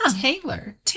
Taylor